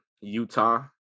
Utah